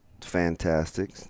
fantastic